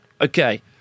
Okay